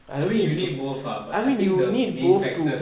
I mean you need both ah but I think the main factors